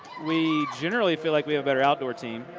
we generally feel like we have a better outdoor team.